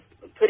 put